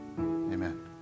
Amen